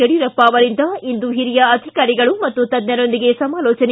ಯಡಿಯೂರಪ್ಪ ಅವರಿಂದ ಇಂದು ಹಿರಿಯ ಅಧಿಕಾರಿಗಳು ಹಾಗೂ ತಜ್ಞರೊಂದಿಗೆ ಸಮಾಲೋಜನೆ